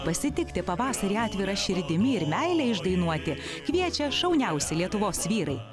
pasitikti pavasarį atvira širdimi ir meilę išdainuoti kviečia šauniausi lietuvos vyrai